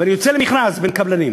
ואני יוצא למכרז לביצוע בין קבלנים,